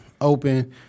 open